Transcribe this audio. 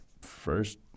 first